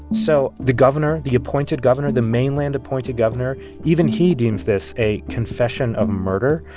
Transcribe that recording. so the governor the appointed governor, the mainland appointed governor even he deems this a confession of murder,